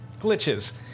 glitches